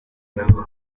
nabo